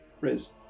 Riz